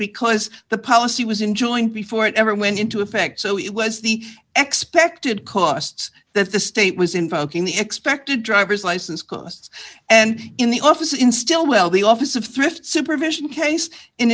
because the policy was enjoying before it ever went into effect so it was the expected costs that the state was invoking the expected driver's license costs and in the office in stilwell the office of thrift supervision case